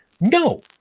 no